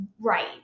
right